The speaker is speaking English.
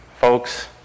Folks